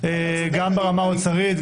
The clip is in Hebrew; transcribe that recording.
גם ברמה המוסרית,